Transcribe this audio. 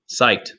psyched